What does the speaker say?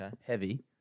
heavy